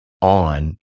on